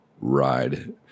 Ride